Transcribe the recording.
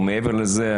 אבל מעבר לזה,